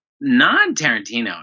non-Tarantino